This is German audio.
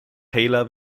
taylor